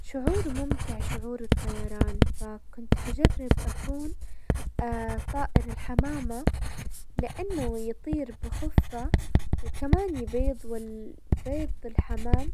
شعور ممتع شعور الطيران، فكنت حجرب اكون طائر الحمامة لانه يطير بخفةـ وكمان يبيض، والبيض الحمام